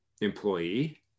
employee